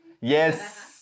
Yes